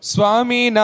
Swami